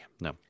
No